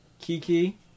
Kiki